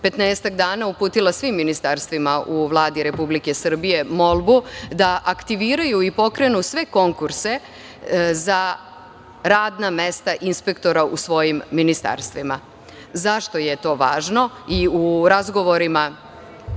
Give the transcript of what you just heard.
dana sam uputila svim ministarstvima u Vladi Republike Srbije molbu da aktiviraju i pokrenu sve konkurse za radna mesta inspektora u svojim ministarstvima.Zašto je to važno? U razgovorima